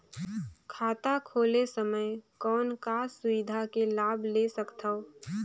खाता खोले समय कौन का सुविधा के लाभ ले सकथव?